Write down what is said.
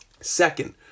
Second